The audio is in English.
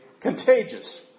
contagious